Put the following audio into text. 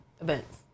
events